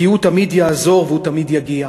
כי הוא תמיד יעזור והוא תמיד יגיע.